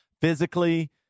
Physically